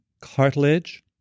cartilage